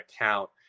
account